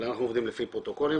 אנחנו עובדים לפי פרוטוקולים.